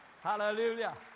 Hallelujah